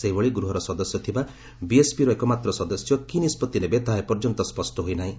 ସେହିଭଳି ଗୃହର ସଦସ୍ୟ ଥିବା ବିଏସ୍ପିର ଏକମାତ୍ର ସଦସ୍ୟ କି ନିଷ୍କଭି ନେବେ ତାହା ଏପର୍ଯ୍ୟନ୍ତ ସ୍ୱଷ୍ଟ ହୋଇନାହିଁ